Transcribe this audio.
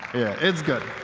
it's good.